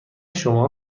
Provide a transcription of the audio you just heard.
شما